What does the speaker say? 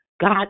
God